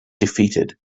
defeated